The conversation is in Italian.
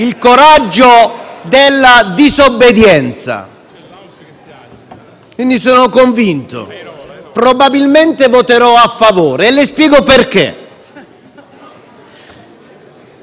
Sono convinto. Probabilmente voterò a favore, e le spiego perché. Se il Governo